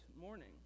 morning